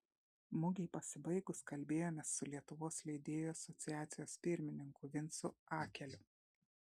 mugei pasibaigus kalbėjomės su lietuvos leidėjų asociacijos pirmininku vincu akeliu